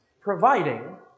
providing